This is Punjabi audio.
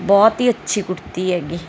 ਬਹੁਤ ਹੀ ਅੱਛੀ ਕੁੜਤੀ ਹੈਗੀ